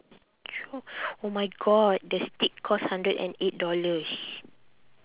true oh my god the steak cost hundred and eight dollars